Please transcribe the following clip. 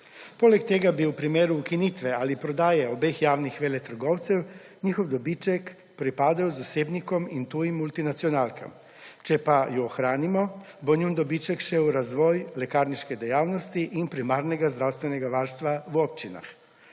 Poleg tega bi v primeru ukinitve ali prodaje obeh javnih veletrgovcev njihov dobiček pripadal zasebnikom in tujim multinacionalkam. Če pa ju ohranimo, bo njun dobiček šel v razvoj lekarniške dejavnosti in primarnega zdravstvenega varstva v občinah.